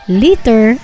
liter